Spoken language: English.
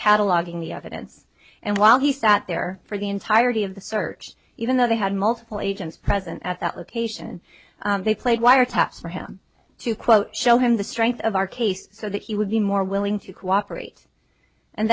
cataloging the evidence and while he sat there for the entirety of the search even though they had multiple agents present at that location they played wire taps for him to quote show him the strength of our case so that he would be more willing to cooperate and